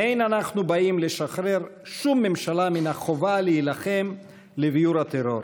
אין אנחנו באים לשחרר שום ממשלה מן החובה להילחם לביעור הטרור,